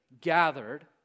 gathered